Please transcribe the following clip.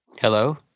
Hello